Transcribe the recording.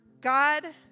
God